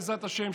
בעזרת השם,